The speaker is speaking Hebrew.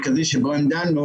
גם אל מול אתגרי הקורונה וכו',